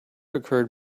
occurred